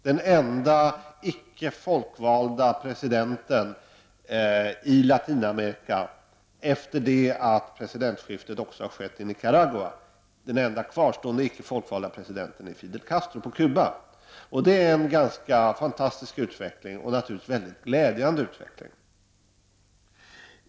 Den enda kvarstående icke folkvalda presidenten i Latinamerika, efter det att presidentskiftet har skett även i Nicaragua, är Fidel Castro på Kuba. Detta är en ganska fantastisk utveckling och naturligtvis en mycket glädjande utveckling.